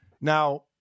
Now